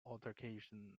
altercation